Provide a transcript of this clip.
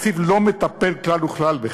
התקציב לא מטפל כלל וכלל בכך.